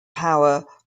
power